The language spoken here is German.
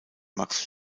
max